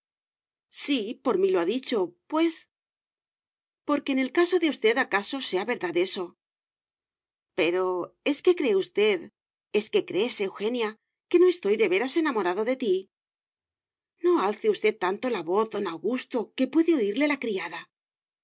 sí por mí lo ha dicho pues porque en el caso de usted acaso sea verdad eso pero es que cree usted es que crees eugenia que no estoy de veras enamorado de ti no alce usted tanto la voz don augusto que puede oirle la criada